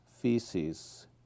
feces